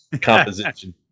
composition